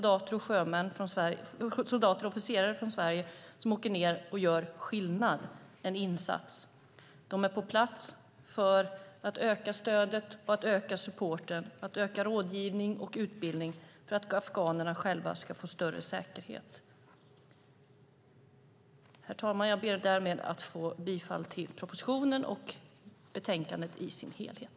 Det är ytterligare soldater och officerare från Sverige som åker dit och gör en insats och gör skillnad. De är på plats för att öka stödet, supporten, rådgivningen och utbildningen för att afghanerna själva ska få större säkerhet. Herr talman! Jag yrkar bifall till propositionen och till förslaget i betänkandet i dess helhet.